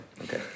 okay